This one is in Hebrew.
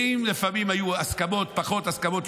לפעמים היו פחות הסכמות,